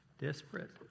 Desperate